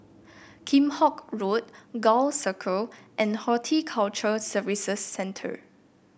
Kheam Hock Road Gul Circle and Horticulture Services Centre